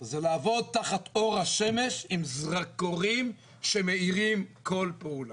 זה לעבוד תחת אור השמש עם זרקורים שמאירים כל פעולה.